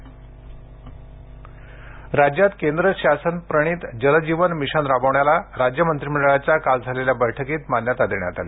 राज्य मंत्रिमंडळ निर्णय राज्यात केंद्र शासन प्रणित जल जीवन मिशन राबवण्याला राज्य मंत्रिमंडळाच्या काल झालेल्या बैठकीत मान्यता देण्यात आली